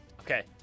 Okay